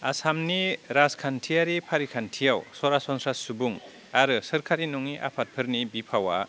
आसामनि राजखान्थियारि फारिखान्थियाव सरासनस्रा सुबुं आरो सोरकारि नङि आफादफोरनि बिफावआ